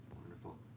Wonderful